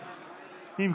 אין.